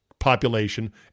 population